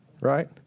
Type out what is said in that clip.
right